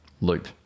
loop